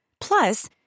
Plus